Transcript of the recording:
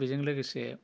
बेजों लोगोसे